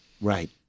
Right